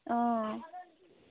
অঁ